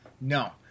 no